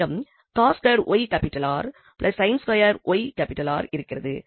நம்மிடம் cos2 𝑦𝑅 sin2 𝑦𝑅 இருக்கிறது